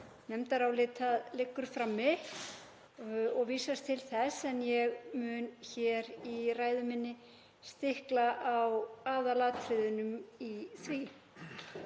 Nefndarálit liggur frammi og vísast til þess en ég mun hér í ræðu minni stikla á aðalatriðum í því.